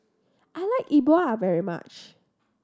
I like Yi Bua very much